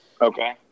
Okay